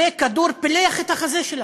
וכדור פילח את החזה שלה.